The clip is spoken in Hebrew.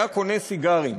היה קונה סיגריות.